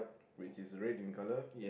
which is red in colour